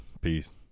Peace